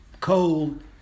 cold